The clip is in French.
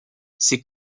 ces